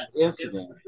incident